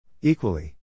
Equally